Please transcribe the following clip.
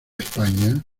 españa